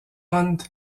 hunt